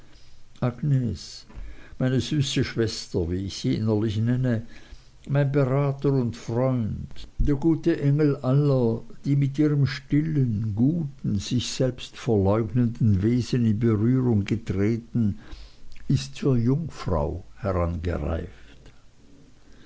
agnes meine süße schwester wie ich sie innerlich nenne mein berater und freund der gute engel aller die mit ihrem stillen guten sich selbst verleugnenden wesen in berührung treten ist zur jungfrau herangereift